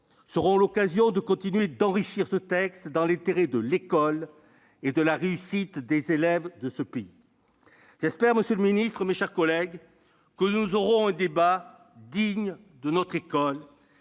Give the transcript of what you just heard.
seront l'occasion de continuer d'enrichir ce projet de loi dans l'intérêt de l'école et de la réussite des élèves de ce pays ! Monsieur le ministre, mes chers collègues, j'espère que nous aurons un débat digne de notre école.